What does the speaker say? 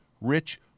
rich